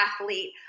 athlete